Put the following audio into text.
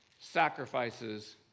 sacrifices